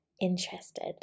interested